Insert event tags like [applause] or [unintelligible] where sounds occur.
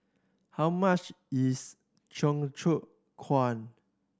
how much is [unintelligible]